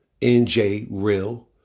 njreal